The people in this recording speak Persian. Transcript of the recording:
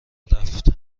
رفت